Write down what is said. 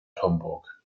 homburg